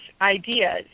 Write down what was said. ideas